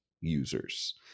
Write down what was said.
users